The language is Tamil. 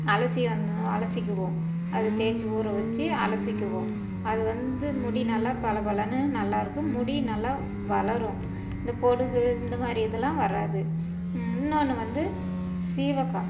அலசி வந் அலசிக்கிவோம் அது தேய்ச்சி ஊற வச்சி அலசிக்குவோம் அது வந்து முடி நல்லா பளபளன்னு நல்லாயிருக்கும் முடி நல்லா வளரும் இந்த பொடுகு இந்த மாதிரி இதெலாம் வராது இன்னொன்று வந்து சீகைக்கா